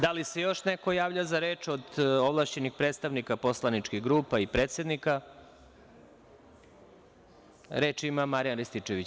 Da li se još neko javlja za reč od ovlašćenih predstavnika poslaničkih grupa i predsednika? (Da.) Reč ima Marijan Rističević.